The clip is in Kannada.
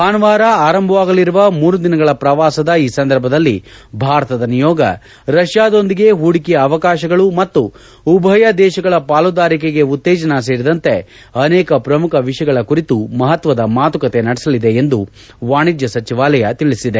ಭಾನುವಾರ ಆರಂಭವಾಗಲಿರುವ ಮೂರು ದಿನಗಳ ಪ್ರವಾಸದ ಈ ಸಂದರ್ಭದಲ್ಲಿ ಭಾರತದ ನಿಯೋಗ ರಷ್ಲಾದೊಂದಿಗೆ ಪೂಡಿಕೆಯ ಅವಕಾಶಗಳು ಮತ್ತು ಉಭಯ ದೇಶಗಳ ಪಾಲುದಾರಿಕೆಗೆ ಉತ್ತೇಜನ ಸೇರಿದಂತೆ ಅನೇಕ ಪ್ರಮುಖ ವಿಷಯಗಳ ಕುರಿತು ಮಹತ್ವದ ಮಾತುಕತೆ ನಡೆಸಲಿದೆ ಎಂದು ವಾಣಿಜ್ಯ ಸಚಿವಾಲಯ ತಿಳಿಸಿದೆ